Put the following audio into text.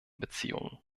beziehungen